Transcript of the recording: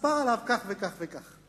מסופר עליו כך וכך וכך.